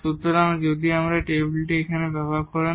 সুতরাং যদি আপনি এই টেবিলটি এখানে তৈরি করেন